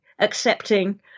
accepting